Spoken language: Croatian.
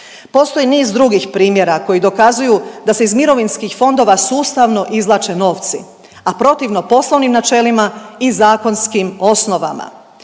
Postoji niz drugih primjera koji dokazuju da se iz mirovinskih fondova sustavno izvlače novci, a protivno poslovnim načelima i zakonskim osnovama.